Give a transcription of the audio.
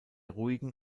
ruhigen